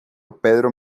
pedro